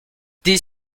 des